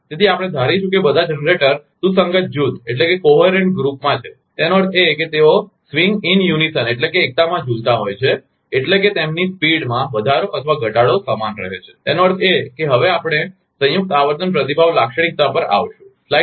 તેથી આપણે ધારીશું કે બધા જનરેટર સુસંગત જૂથમાં છે તેનો અર્થ એ કે તેઓ એકતામાં ઝૂલતા હોય છે એટલે કે તેમની ગતિમાં વધારો અથવા ઘટાડો સમાન રહે છે તેનો અર્થ એ કે હવે આપણે સંયુક્ત આવર્તન પ્રતિભાવ લાક્ષણિકતા પર આવીશું